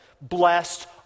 blessed